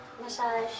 massage